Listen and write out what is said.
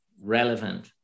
relevant